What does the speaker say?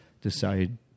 decide